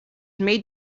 made